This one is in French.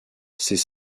ses